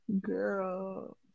girl